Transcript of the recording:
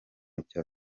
easter